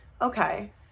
okay